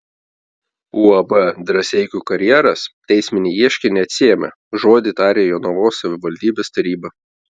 uab drąseikių karjeras teisminį ieškinį atsiėmė žodį tarė jonavos savivaldybės taryba